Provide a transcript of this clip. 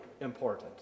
important